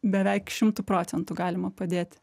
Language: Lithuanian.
beveik šimtu procentų galima padėti